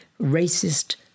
racist